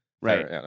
Right